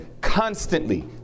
constantly